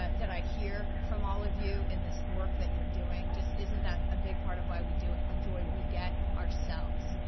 ah that i hear from all of you, in this work that you're doing. isn't that a big part of why we do it? the joy we get ourselves,